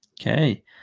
Okay